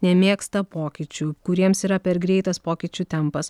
nemėgsta pokyčių kuriems yra per greitas pokyčių tempas